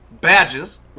badges